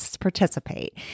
participate